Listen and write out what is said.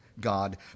God